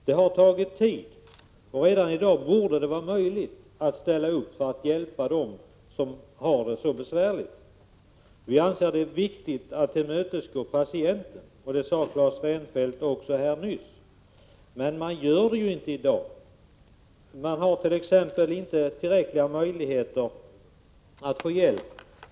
Det har tagit tid, och redan i dag borde det vara möjligt att ställa upp och hjälpa dem som har det så besvärligt. Vi anser att det är viktigt att tillmötesgå patienten, vilket även Claes Rensfeldt sade. Men det gör man ju inte i dag. Patienten har t.ex. inte tillräckliga möjligheter att få hjälp.